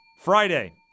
Friday